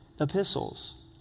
epistles